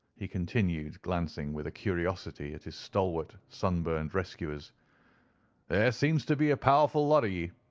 he continued, glancing with curiosity at his stalwart, sunburned rescuers there seems to be a powerful lot of ye.